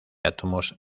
átomos